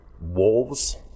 Wolves